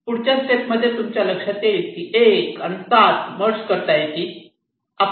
पुढच्या स्टेप मध्ये तुमच्या लक्षात येईल की 1 आणि 7 मर्ज करता येतील